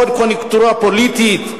עוד קוניונקטורה פוליטית.